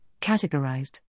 categorized